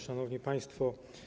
Szanowni Państwo!